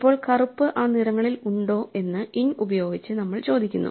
ഇപ്പോൾ കറുപ്പ് ആ നിറങ്ങളിൽ ഉണ്ടോ എന്ന് ഇൻ ഉപയോഗിച്ച് നമ്മൾ ചോദിക്കുന്നു